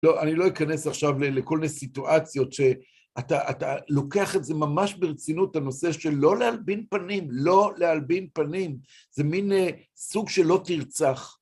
לא, אני לא אכנס עכשיו לכל מיני סיטואציות, שאתה לוקח את זה ממש ברצינות, הנושא של לא להלבין פנים, לא להלבין פנים, זה מין סוג של לא תרצח.